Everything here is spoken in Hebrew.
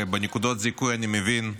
בנקודות זיכוי אני מבין,